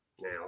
Now